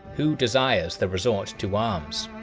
who desires the resort to arms?